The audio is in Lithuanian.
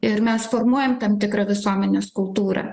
ir mes formuojam tam tikrą visuomenės kultūrą